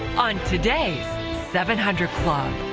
on today's seven hundred club.